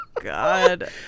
God